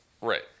right